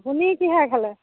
আপুনি কিহেৰে খালে